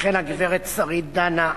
וכן הגברת שרית דנה,